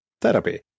Therapy